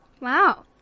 Wow